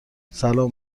سلام